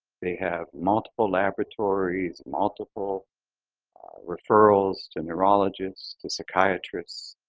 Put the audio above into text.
they have multiple laboratories, multiple referrals to neurologists, to psychiatrists,